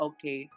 Okay